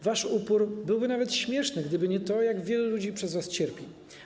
Wasz upór byłby nawet śmieszny, gdyby nie to, jak wielu ludzi przez was cierpi.